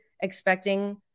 expecting